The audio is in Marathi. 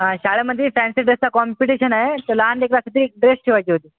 शाळेमध्ये फॅन्सीड्रेसचं काँपिटिशन आहे तर लहान लेकरासाठी ड्रेस शिवायची होती